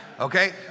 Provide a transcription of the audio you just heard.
Okay